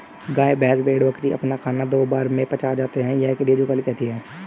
गाय, भैंस, भेड़, बकरी अपना खाना दो बार में पचा पाते हैं यह क्रिया जुगाली कहलाती है